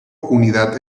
unidad